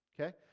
Okay